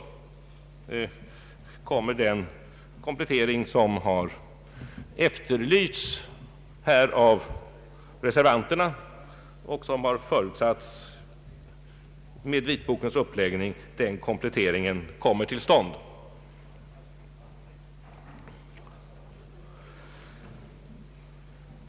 Då kommer den komplettering som här har efterlysts av reservanterna och som har förutsatts vid vitbokens uppläggning.